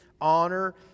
honor